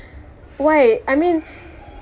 why I mean